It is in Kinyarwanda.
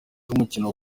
umukino